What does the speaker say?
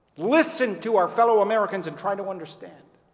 listen to our fellow americans and try to understand.